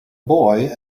boy